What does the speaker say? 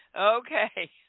okay